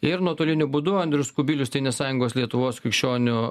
ir nuotoliniu būdu andrius kubilius tėvynės sąjungos lietuvos krikščionių